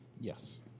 Yes